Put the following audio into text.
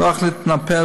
נוח להתנפל,